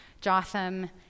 Jotham